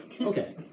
Okay